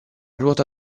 ruota